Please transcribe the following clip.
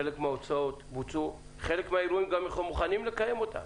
חלק מההוצאות בוצעו והם גם מוכנים לקיים חלק מהאירועים,